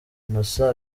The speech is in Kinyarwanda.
innocent